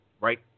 Right